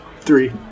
Three